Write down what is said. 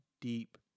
deep